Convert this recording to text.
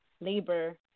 labor